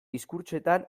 diskurtsoetan